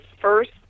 first